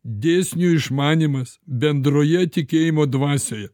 dėsnių išmanymas bendroje tikėjimo dvasioje